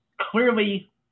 clearly